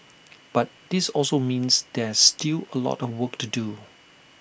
but this also means there's still A lot of work to do